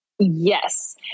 Yes